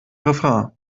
refrain